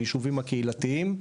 הישובים הקהילתיים.